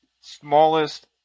smallest